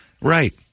Right